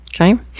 Okay